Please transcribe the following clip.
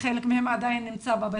למרות שחלק מהן עדיין בבתים,